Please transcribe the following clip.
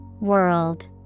World